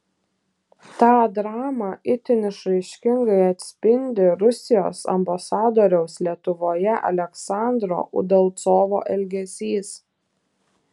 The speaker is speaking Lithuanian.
tą dramą itin išraiškingai atspindi rusijos ambasadoriaus lietuvoje aleksandro udalcovo elgesys